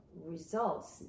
results